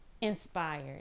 inspired